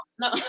no